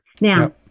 Now